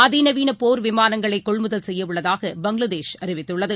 அதிநவீனபோர் விமானங்களைகொள்முதல் செய்யவுள்ளதாக பங்களாதேஷ் அறிவித்துள்ளது